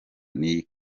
n’iyi